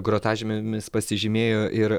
grotažymėmis pasižymėjo ir